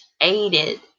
aided